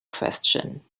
question